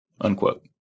unquote